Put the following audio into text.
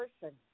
person